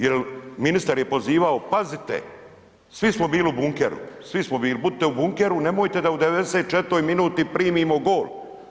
Jel ministar je pozivao, pazite svi smo bili u bunkeru, svi smo bili, budite u bunkeru nemojte da u 94.minuti primimo gol.